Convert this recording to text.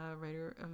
writer